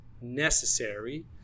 necessary